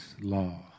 law